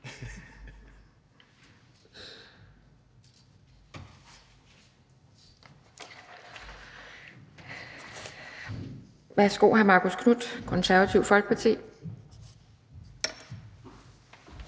Værsgo, hr. Marcus Knuth, Konservative Folkeparti.